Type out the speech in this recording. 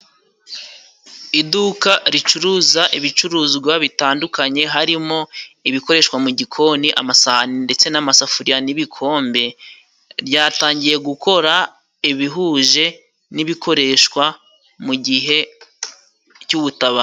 Iduka ricuruza ibicuruzwa bitandukanye, harimo ibikoreshwa mu gikoni amasahani ndetse n'amasafuriya n'ibikombe, ryatangiye gukora ibihuje n'ibikoreshwa mu gihe cy'ubutabazi.